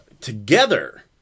together